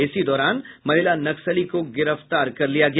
इसी दौरान महिला नक्सली को गिरफ्तार किया गया